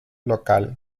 local